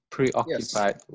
Preoccupied